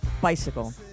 bicycle